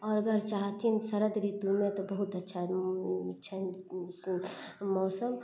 आओर अगर चाहथिन शरद ऋतुमे तऽ बहुत अच्छा छै मौसम